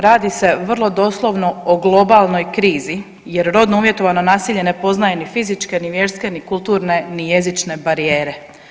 Radi se vrlo doslovno o globalnoj krizi, jer rodno uvjetovano nasilje ne poznaje ni fizičke, ni vjerske, ni kulturne, ni jezične barijere.